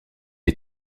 est